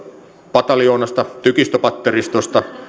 pataljoonasta tykistöpatteristosta